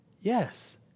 Yes